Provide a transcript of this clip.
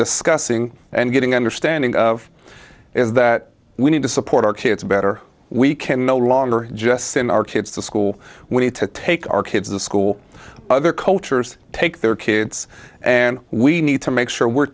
discussing and getting understanding of is that we need to support our kids better we can no longer just send our kids to school we need to take our kids to school other cultures take their kids and we need to make sure we're